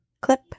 clip